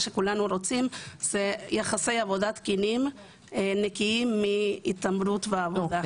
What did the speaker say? כי בסופו של דבר כולנו רוצים יחסי עבודה תקינים ונקיים מהתעמרות בעבודה.